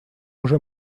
уже